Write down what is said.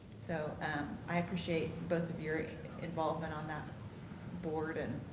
so i appreciate both of your involvement on that board and